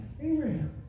Abraham